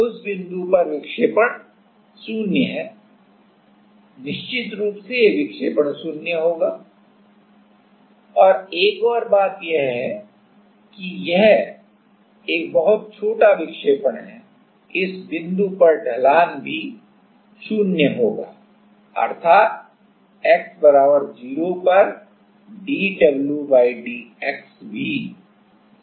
उस बिंदु पर विक्षेपण 0 है निश्चित रूप से विक्षेपण 0 होगा और एक और बात यह है कि यह एक बहुत छोटा विक्षेपण है इस बिंदु पर ढलान भी 0 होगा अर्थात x 0 पर dwdx भी 0 होगा